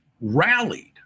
rallied